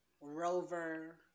Rover